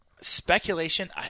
speculation